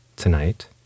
Tonight